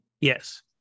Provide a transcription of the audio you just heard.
yes